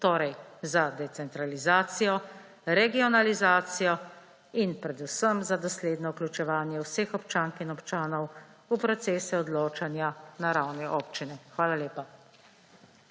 torej za decentralizacijo, regionalizacijo in predvsem za dosledno vključevanje vseh občank in občanov v procese odločanja na ravni občine. Hvala lepa.